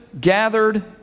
gathered